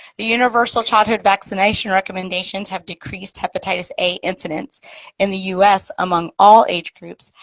the universal childhood vaccination recommendations have decreased hepatitis a incidence in the us among all age groups.